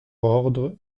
ordre